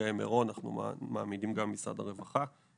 אנחנו מעמידים לנפגעי מירון גורם ממשרד הרווחה,